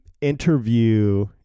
Interview